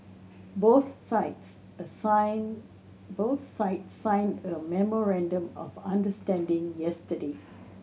both sides assign both sides signed a memorandum of understanding yesterday